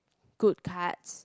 good cards